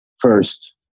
first